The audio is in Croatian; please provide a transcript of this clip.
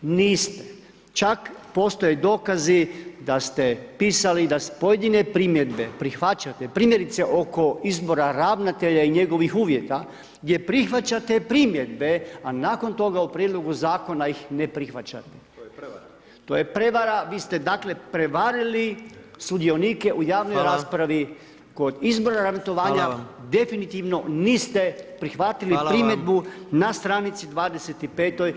Niste, čak postoje dokazi da ste pisali, i da pojedine primjedbe prihvaćate, primjerice oko izbora ravnatelja i njihovih uvjeta, gdje prihvaćate primjedbe, a nakon toga ih u prijedlogu zakona ih ne prihvaćate [[Upadica: To je prevara.]] To je prevara, vi ste dakle prevarili sudionike u javnoj raspravi, kod izbora … definitivno niste prihvatili primjedbu na str. 25